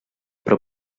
però